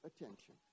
attention